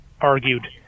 argued